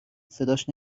صداش